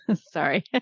Sorry